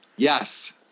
Yes